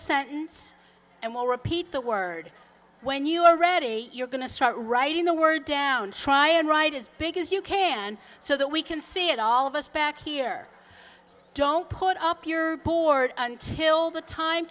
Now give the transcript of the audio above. sentence and will repeat the word when you are ready you're going to start writing the word down try and write as big as you can so that we can see it all of us back here don't put up your board until the time